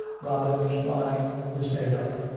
robin's mind was made up.